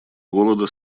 голода